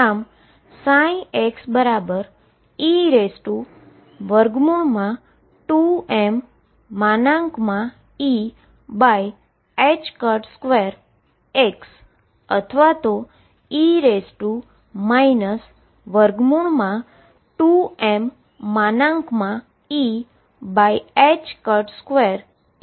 આમ xe2mE2x અથવા e 2mE2x જે બાઉન્ડ સ્ટેટ માટેનો ઉકેલ મળશે